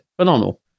Phenomenal